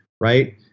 right